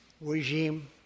regime